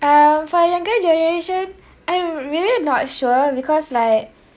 um for younger generation I'm really not sure because like